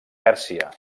pèrsia